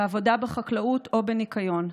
בעבודה בחקלאות או בניקיון.